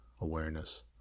awareness